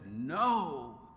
no